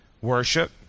Worship